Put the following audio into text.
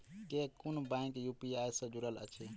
केँ कुन bank UPI सँ जुड़ल अछि?